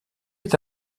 est